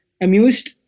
amused